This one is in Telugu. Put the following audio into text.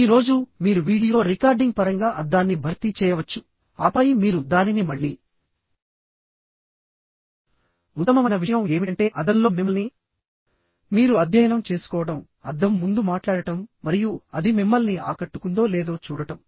ఈ రోజు మీరు వీడియో రికార్డింగ్ పరంగా అద్దాన్ని భర్తీ చేయవచ్చు ఆపై మీరు దానిని మళ్లీ మళ్లీ చూడవచ్చు కానీ అప్పుడు ఉత్తమమైన విషయం ఏమిటంటే అద్దంలో మిమ్మల్ని మీరు అధ్యయనం చేసుకోవడం అద్దం ముందు మాట్లాడటం మరియు అది మిమ్మల్ని ఆకట్టుకుందో లేదో చూడటం